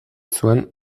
zuen